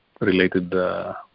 related